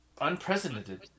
unprecedented